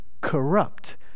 corrupt